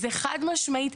זה חד משמעית,